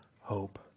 hope